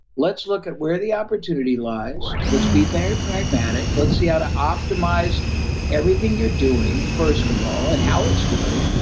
let's look at where the opportunity lies. let's be very pragmatic. let's see how to optimize everything you're doing, first of all, and how it's doing.